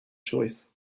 choice